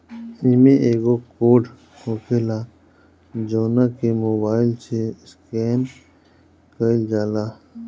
इमें एगो कोड होखेला जवना के मोबाईल से स्केन कईल जाला